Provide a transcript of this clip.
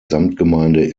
samtgemeinde